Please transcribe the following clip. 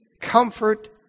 comfort